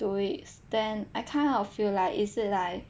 do it then I kind of feel like is it like